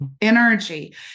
energy